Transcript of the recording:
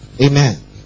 Amen